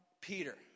Peter